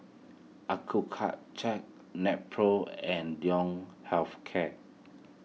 Nepro and Health Care